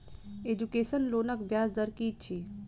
Education लोनक ब्याज दर की अछि?